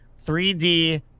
3D